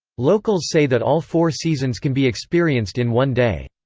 locals say that all four seasons can be experienced in one day.